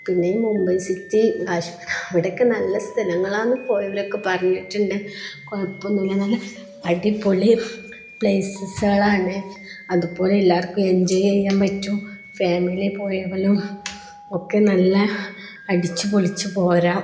പിന്നെ മുംബൈ സിറ്റി കാശ്മീർ അവിടെയൊക്കെ നല്ല സ്ഥലങ്ങളാണെന്ന് പോയവരൊക്കെ പറഞ്ഞിട്ടുണ്ട് കുഴപ്പമൊന്നുമില്ല നല്ല അടിപൊളി പ്ലേസസുകളാണ് അതുപോലെ എല്ലാവർക്കും എൻജോയ് ചെയ്യാൻ പറ്റും ഫാമിലി പോയവരുമൊക്കെ നല്ല അടിച്ചുപൊളിച്ച് പോരാം